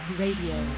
radio